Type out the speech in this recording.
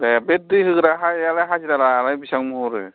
ए बे दै होग्रा हाजिरा लानाया बेसेबां हरो